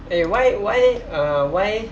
eh why why uh why